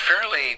Fairly